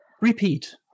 Repeat